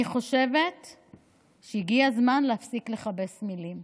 אני חושבת שהגיע הזמן להפסיק לכבס מילים.